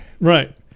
Right